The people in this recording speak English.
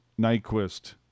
Nyquist